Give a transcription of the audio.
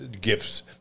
Gifts